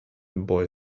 boy